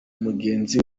mugenzi